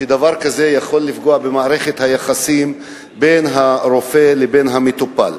שדבר כזה יכול לפגוע במערכת היחסים בין הרופא לבין המטופל.